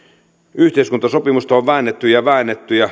yhteiskuntasopimusta on on väännetty ja väännetty ja